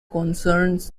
concerns